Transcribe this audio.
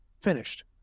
finished